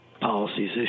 policies